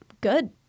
good